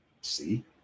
see